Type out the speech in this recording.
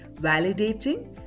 validating